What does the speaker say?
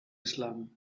islam